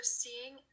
seeing